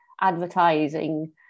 advertising